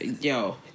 yo